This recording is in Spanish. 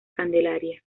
candelaria